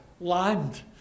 land